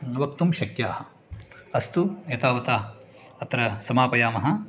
वक्तुं शक्याः अस्तु एतावता अत्र समापयामः